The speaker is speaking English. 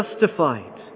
justified